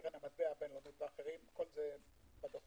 מקרן המטבע הבין-לאומית ואחרים כל זה הדוחות